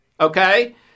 okay